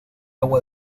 agua